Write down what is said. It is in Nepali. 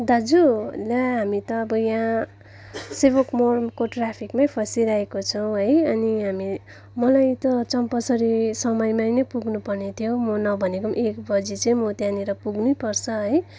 दाजु ल्या हामी त अब यहाँ सेभोक मोडको ट्राफिकमै फँसिरहेको छौँ है अनि हामी मलाई त चम्पासरी समयमा नै पुग्नु पर्ने थियो म नभेनेको एक बजी चाहिँ म त्यहाँनेर पुग्नै पर्छ है